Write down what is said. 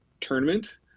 tournament